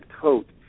coat